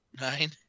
Nine